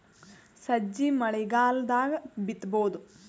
ಸಜ್ಜಿ ಮಳಿಗಾಲ್ ದಾಗ್ ಬಿತಬೋದ?